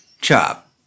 Chop